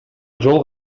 жол